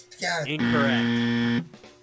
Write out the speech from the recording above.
Incorrect